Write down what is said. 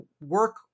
work